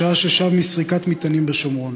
בשעה ששב מסריקת מטענים בשומרון,